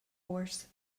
horse